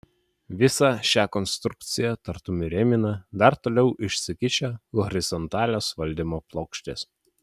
visą šią konstrukciją tartum įrėmina dar toliau išsikišę horizontalios valdymo plokštės